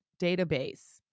database